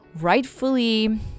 rightfully